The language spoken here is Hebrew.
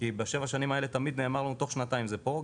כי בשבע שנים האלה תמיד נאמר לנו תוך שנתיים זה פה,